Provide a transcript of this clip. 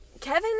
Kevin